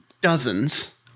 dozens